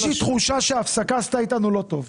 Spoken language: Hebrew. יש לי איזושהי תחושה שההפסקה עשתה איתנו לא טוב.